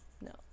no